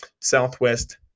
southwest